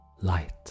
light